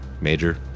Major